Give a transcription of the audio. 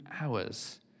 hours